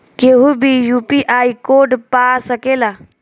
केहू भी UPI code पा सकेला?